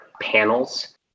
panels